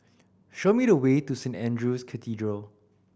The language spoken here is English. show me the way to Saint Andrew's Cathedral